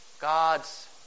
God's